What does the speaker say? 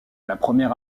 première